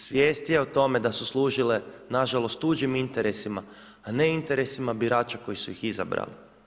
Svijest je o tome da su služile na žalost tuđim interesima, a ne interesima birača koji su ih izabrali.